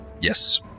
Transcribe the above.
Yes